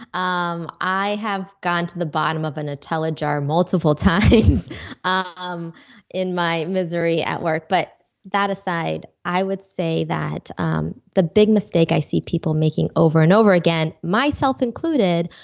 um i have gone to the bottom of a nutella jar multiple times ah um in my misery at work. but that aside, i would say that um the big mistake i see people making over and over again myself included,